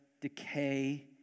decay